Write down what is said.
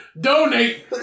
Donate